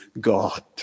God